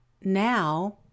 now